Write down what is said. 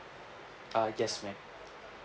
uh yes ma'am